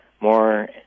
more